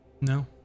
No